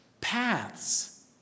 paths